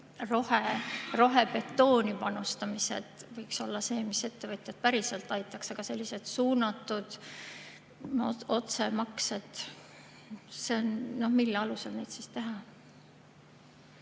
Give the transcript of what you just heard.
rohebetooni panustamine võiks olla see, mis ettevõtjaid päriselt aitaks. Aga sellised suunatud otsemaksed – mille alusel neid siis teha?